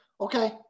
Okay